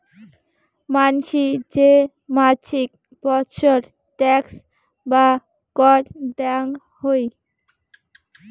মানসি যে মাছিক বৎসর ট্যাক্স বা কর দেয়াং হই